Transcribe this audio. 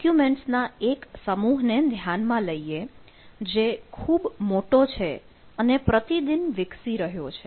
documents ના એક સમૂહ ને ધ્યાનમાં લઈએ જે ખૂબ મોટો છે અને પ્રતિદિન વિકસી રહ્યો છે